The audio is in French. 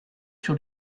sur